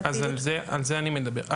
אז על זה אני מדבר.